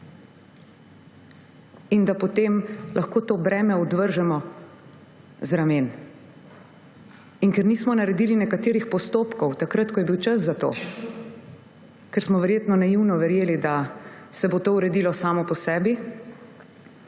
in da potem lahko to breme odvržemo z ramen. Ker nismo naredili nekaterih postopkov, takrat ko je bil čas za to, ker smo verjetno naivno verjeli, da se bo to uredilo samo po sebi,